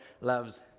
loves